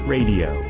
Radio